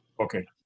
Okay